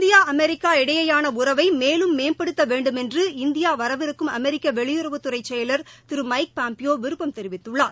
India America இடையேயான உறவை மேலும் மேம்படுத்த வேண்டுமென்று இந்தியா வரவிருக்கும் அமெரிக்க வெளியுறவுத்துறை செயலர் திரு மைக் பாம்பியோ விருட்டம் தெரிவித்துள்ளார்